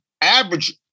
average